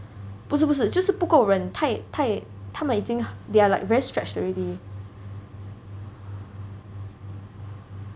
不是不是就是不够人太太他们已经 they are like very stretched already